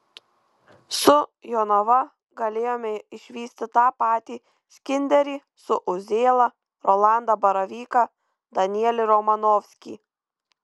su jonava galėjome išvysti tą patį skinderį su uzėla rolandą baravyką danielį romanovskį